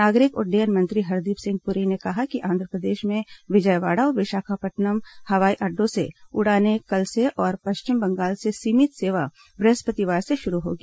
नागरिक उड्डयन मंत्री हरदीप सिंह पुरी ने कहा कि आंध्रप्रदेश में विजयवाड़ा और विशाखापत्तनम हवाई अड्डों से उड़ानें कल से और पश्चिम बंगाल से सीमित सेवा बृहस्पतिवार से शुरू होगी